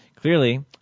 Clearly